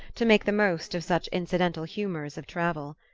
to make the most of such incidental humors of travel.